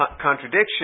contradiction